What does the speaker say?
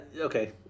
Okay